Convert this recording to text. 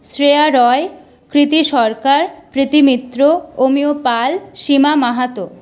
Shreya Roy Kriti Sarkar Priti Mitra Amiya Pal Sima Mahato